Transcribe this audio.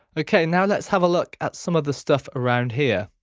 ok now let's have a look at some of the stuff around here.